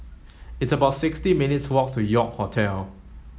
it's about sixty minutes' walk to York Hotel